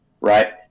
right